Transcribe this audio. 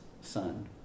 son